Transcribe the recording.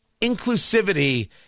Inclusivity